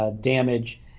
damage